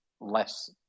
less